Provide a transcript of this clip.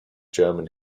german